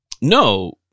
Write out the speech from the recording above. no